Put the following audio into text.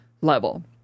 level